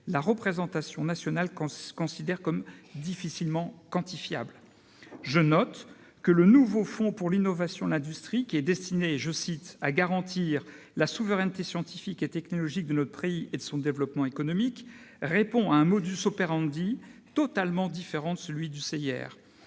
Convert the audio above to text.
la représentation nationale considère comme difficilement quantifiables. Je note que le nouveau fonds pour l'innovation et l'industrie, destiné à « garantir la souveraineté scientifique et technologique de notre pays et de son développement économique », répond à un totalement différent de celui du CIR.